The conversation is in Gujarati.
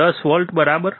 10 વોલ્ટ બરાબર